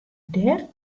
dêr